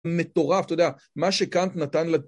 מטורף, אתה יודע, מה שקאנט נתן לדבר.